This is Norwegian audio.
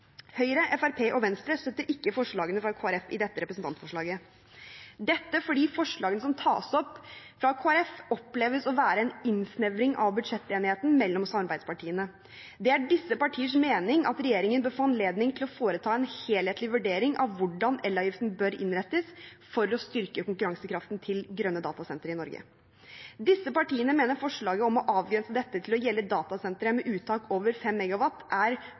Høyre, Fremskrittspartiet og Venstre støtter ikke forslagene fra Kristelig Folkeparti i dette representantforslaget, dette fordi forslagene som tas opp fra Kristelig Folkeparti, oppleves å være en innsnevring av budsjettenigheten mellom samarbeidspartiene. Det er disse partienes mening at regjeringen bør få anledning til å foreta en helhetlig vurdering av hvordan elavgiften bør innrettes for å styrke konkurransekraften til grønne datasentre i Norge. Disse partiene mener forslaget om å avgrense dette til å gjelde datasentre med uttak over 5 MW er